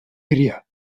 area